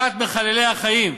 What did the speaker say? כת מחללי החיים,